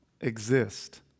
exist